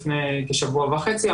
לפני כשבוע וחצי,